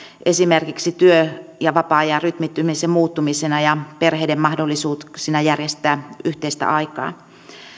esimerkiksi työ ja vapaa ajan rytmittymisen muuttumisena ja perheiden mahdollisuuksina järjestää yhteistä aikaa